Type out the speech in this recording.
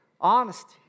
honesty